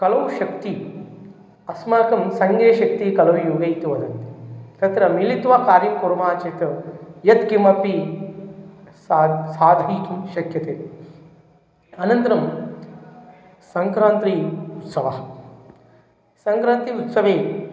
कलोशक्ति अस्माकं सङ्घे शक्तिः कलौ युगे इति वदन्ति तत्र मिलित्वा कार्यं कुर्मः चेत् यत्किमपि सा साधयितुं शक्यते अनन्तरं सङ्क्रान्ति उस्सवः सङ्क्रान्ति उत्सवे